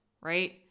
right